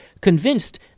convinced